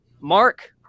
Mark